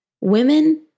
women